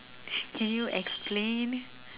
can you explain